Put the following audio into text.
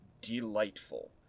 delightful